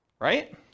right